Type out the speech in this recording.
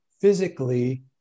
Physically